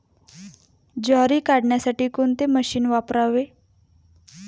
ज्वारी काढण्यासाठी कोणते मशीन वापरावे?